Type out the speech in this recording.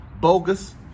bogus